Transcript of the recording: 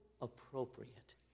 appropriate